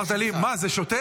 אמרת לי: מה, זה שוטר?